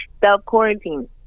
self-quarantine